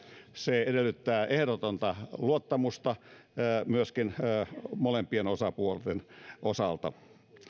se edellyttää myöskin ehdotonta luottamusta molempien osapuolten osalta